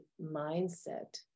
mindset